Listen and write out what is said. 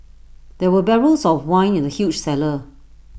there were barrels of wine in the huge cellar